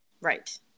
Right